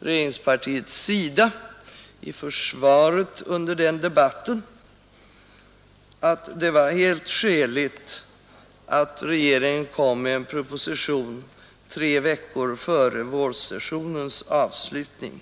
regeringspartiets sida i försvaret under den debatten ansåg att det var helt skäligt att regeringen kom med en proposition tre veckor före vårsessionens avslutning.